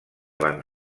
van